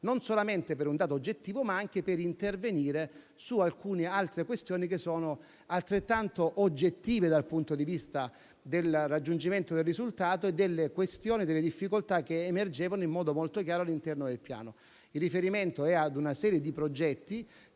non solamente per un dato oggettivo, ma anche per intervenire su alcune altre questioni che sono altrettanto oggettive dal punto di vista del raggiungimento del risultato e sulle difficoltà che emergevano in modo molto chiaro all'interno del Piano. Il riferimento è a una serie di progetti